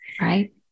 right